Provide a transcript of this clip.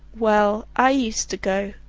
well, i used to go,